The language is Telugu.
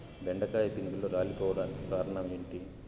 బెండకాయ పిందెలు రాలిపోవడానికి కారణం ఏంటి?